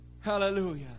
Hallelujah